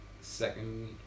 Second